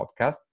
podcast